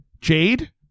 Jade